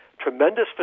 tremendous